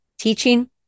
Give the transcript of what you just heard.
teaching